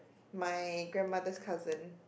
my grandmother's cousin